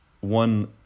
one